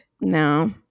No